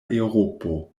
eŭropo